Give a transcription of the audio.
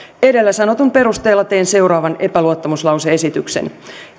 edellä sanotun perusteella teen seuraavan epäluottamuslause esityksen